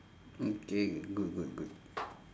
okay good good good